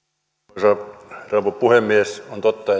arvoisa rouva puhemies on totta